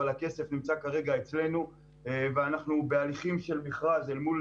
אבל הכסף נמצא כרגע אצלנו ואנחנו בהליכים של מכרז אל מול